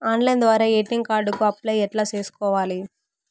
Online ద్వారా ATM card కు apply ఎట్లా సేసుకోవాలి?